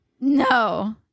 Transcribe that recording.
No